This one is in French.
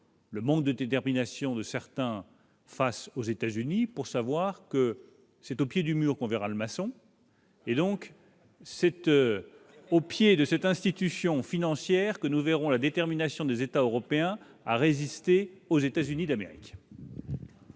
Le manque de détermination de certains face aux États-Unis pour savoir que c'est au pied du mur qu'on verra le maçon. Et donc cette au pied de cette institution financière que nous verrons la détermination des États européens à résister aux États-Unis d'Amérique.